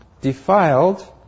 defiled